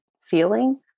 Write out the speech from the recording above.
feeling